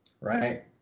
right